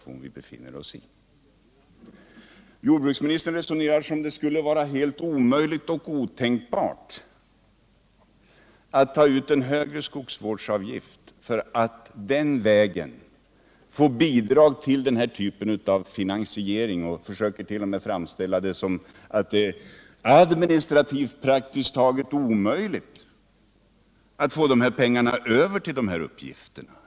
Jordbruksministern resonerade som om det skulle vara helt omöjligt och otänkbart att ta ut en högre skogsvårdsavgift för att den vägen få bidrag till den här typen av finansiering, och han försöker t.o.m. framställa det som administrativt praktiskt taget omöjligt att få pengar överförda till de här uppgifterna.